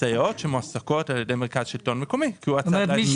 הסייעות שמועסקות על ידי מרכז השלטון המקומי כי הוא הצד להסכם.